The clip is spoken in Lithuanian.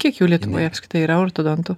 kiek jų lietuvoje apskritai yra ortodontų